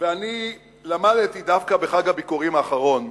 שאני למדתי דווקא בחג הביכורים האחרון,